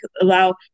allow